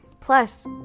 Plus